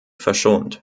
verschont